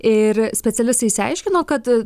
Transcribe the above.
ir specialistai išsiaiškino kad